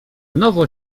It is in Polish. nowo